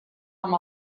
amb